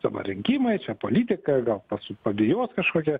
dabar rinkimai čia politika gal pa su padejuot kažkokia